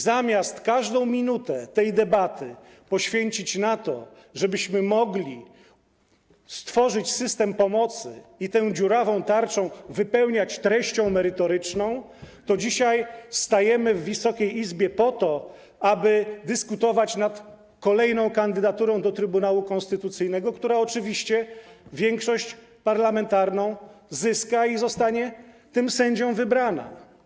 Zamiast każdą minutę tej debaty poświęcić na to, żebyśmy mogli stworzyć system pomocy i tę dziurawą tarczę wypełniać treścią merytoryczną, dzisiaj stajemy w Wysokiej Izbie po to, aby dyskutować nad kolejną kandydaturą na sędziego Trybunału Konstytucyjnego, która oczywiście większość parlamentarną zyska i kandydat zostanie wybrany.